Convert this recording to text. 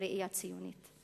ראייה ציונית.